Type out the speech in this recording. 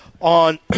on